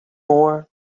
more